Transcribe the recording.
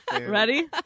ready